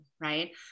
right